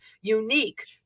Unique